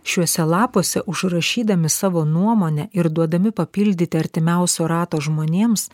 šiuose lapuose užrašydami savo nuomonę ir duodami papildyti artimiausio rato žmonėms